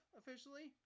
officially